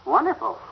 Wonderful